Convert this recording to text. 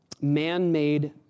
man-made